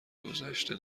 گدشته